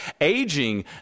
aging